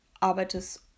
arbeitest